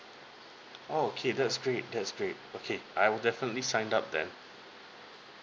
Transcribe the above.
okay that's great that's great okay I will definitely sign up then